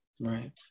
Right